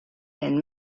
and